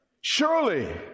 surely